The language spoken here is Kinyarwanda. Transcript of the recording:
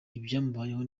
ibyamubayeho